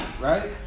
right